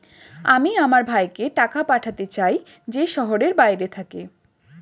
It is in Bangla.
আমি আমার ভাইকে টাকা পাঠাতে চাই যে শহরের বাইরে থাকে